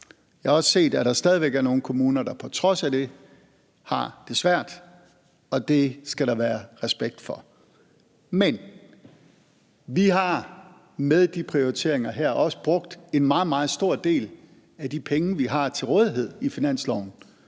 Jeg har også set, at der stadig væk er nogle kommuner, der på trods af det har det svært, og det skal der være respekt for. Men vi har med de prioriteringer her også brugt en meget, meget stor del af de penge, vi har til rådighed i finansloven,